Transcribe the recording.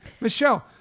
Michelle